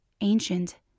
ancient